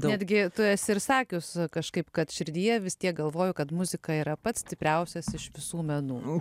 betgi tu esi ir sakius kažkaip kad širdyje vis tiek galvoju kad muzika yra pats stipriausias iš visų menų